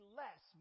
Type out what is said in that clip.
less